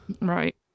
right